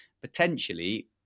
potentially